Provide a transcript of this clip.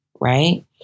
right